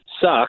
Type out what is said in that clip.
suck